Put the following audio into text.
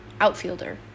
outfielder